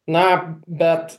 na bet